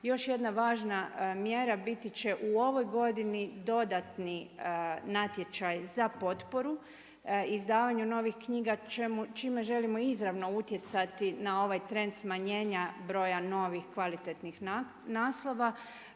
Još jedna važna mjera biti će u ovoj godini dodatni natječaj za potporu, izdavanju novih knjiga čime želimo izravno utjecati na ovaj trend smanjenja broja novih kvalitetnih naslova.